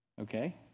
Okay